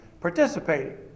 participating